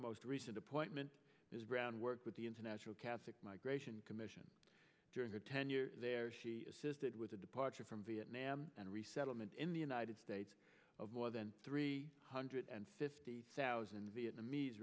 most recent appointment is brown work with the international catholic migration commission during her tenure there she assisted with the departure from viet nam and resettlement in the united states of more than three hundred and fifty thousand vietnamese